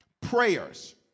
prayers